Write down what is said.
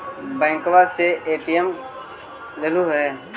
बैंकवा से ए.टी.एम लेलहो है?